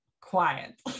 quiet